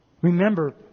Remember